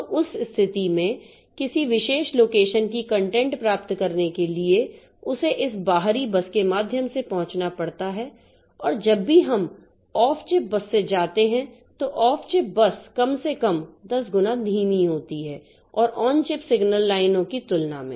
तो उस स्थिति में किसी विशेष लोकेशन की कंटेंट प्राप्त करने के लिए उसे इस बाहरी बस के माध्यम से पहुंचना पड़ता है और जब भी हम ऑफ चिप बस से जाते हैं तो ऑफ चिप बस कम से कम 10 गुना धीमी होती है ऑन चिप सिग्नल लाइनों की तुलना में